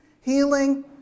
healing